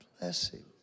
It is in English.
Blessing